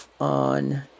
on